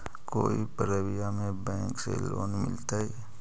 कोई परबिया में बैंक से लोन मिलतय?